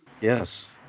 Yes